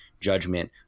judgment